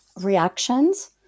reactions